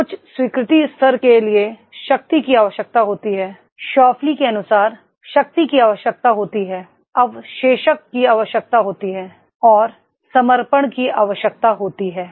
उच्च स्वीकृति स्तर के लिए शक्ति की आवश्यकता होती है स्फ़ुफ़े ली के अनुसार शक्ति की आवश्यकता होती है अवशोषण की आवश्यकता होती है और समर्पण की आवश्यकता होती है